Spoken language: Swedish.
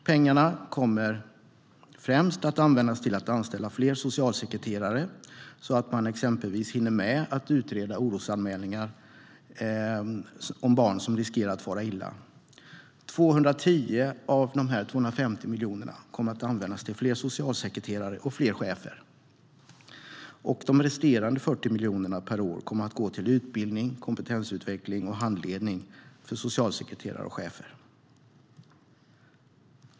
Pengarna kommer främst att användas till att anställa fler socialsekreterare så att man, exempelvis, hinner med att utreda orosanmälningar om barn som riskerar att fara illa. 210 av de 250 miljonerna kommer att användas till fler socialsekreterare och fler chefer. De resterande 40 miljonerna per år kommer att gå till utbildning, kompetensutveckling och handledning för socialsekreterare och chefer.